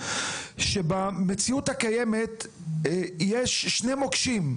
במציאות הקיימת, יש שני מוקשים,